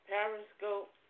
Periscope